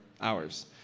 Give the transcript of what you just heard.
hours